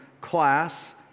class